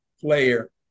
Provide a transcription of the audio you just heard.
player